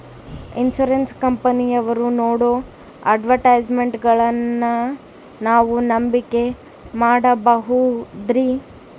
Insurance ಕಂಪನಿಯವರು ನೇಡೋ ಅಡ್ವರ್ಟೈಸ್ಮೆಂಟ್ಗಳನ್ನು ನಾವು ನಂಬಿಕೆ ಮಾಡಬಹುದ್ರಿ?